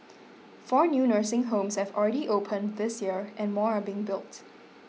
four new nursing homes have already opened this year and more are being built